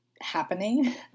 happening